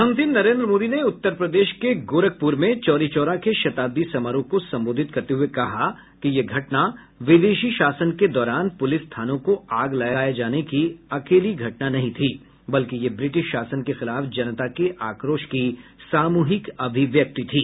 प्रधानमंत्री नरेन्द्र मोदी ने उत्तर प्रदेश के गोरखपुर में चौरी चौरा के शताब्दी समारोह को संबोधित करते हुए कहा कि यह घटना विदेशी शासन के दौरान पुलिस थानों को आग लगाए जाने की अकेली घटना नहीं थी बल्कि यह ब्रिटिश शासन के खिलाफ जनता के आक्रोश की सामूहिक अभिव्यक्ति थी